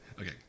Okay